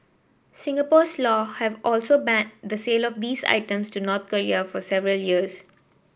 Singapore's law have also banned the sale of these items to North Korea for several years